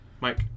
Mike